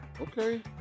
Okay